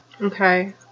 Okay